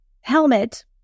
helmet